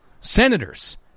senators